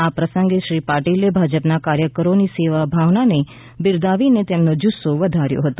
આ પ્રસંગે શ્રી પાટિલે ભાજપના કાર્યકરોની સેવા ભાવનાને બિરદાવીને તેમનો જુસ્સો વધાર્યો હતો